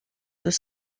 deux